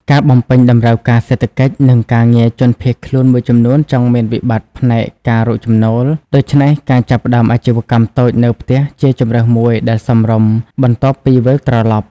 ការបំពេញតំរូវការសេដ្ឋកិច្ច និងការងារជនភៀសខ្លួនមួយចំនួនចង់មានវិបត្តិផ្នែកការរកចំណូល ដូច្នេះការចាប់ផ្តើមអាជីវកម្មតូចនៅផ្ទះជាជម្រើសមួយដែលសមរម្យ បន្ទាប់ពីវិលត្រឡប់។